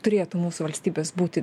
turėtų mūsų valstybės būti